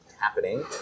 happening